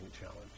challenge